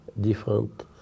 different